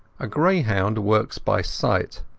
a greyhound works by sight,